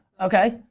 okay.